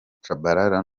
tshabalala